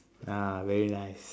ya very nice